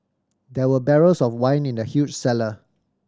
there were barrels of wine in the huge cellar